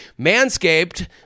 Manscaped